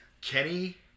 Kenny